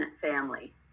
family